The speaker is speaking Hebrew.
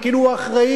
וכאילו הוא אחראי.